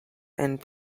and